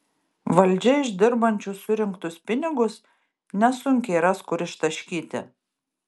valdžia iš dirbančių surinktus pinigus nesunkiai ras kur ištaškyti